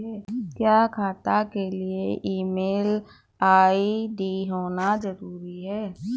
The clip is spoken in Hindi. क्या खाता के लिए ईमेल आई.डी होना जरूरी है?